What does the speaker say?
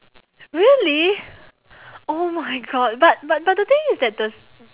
really oh my god but but but the things is that the